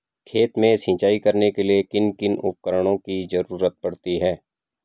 खेत में सिंचाई करने के लिए किन किन उपकरणों की जरूरत पड़ती है?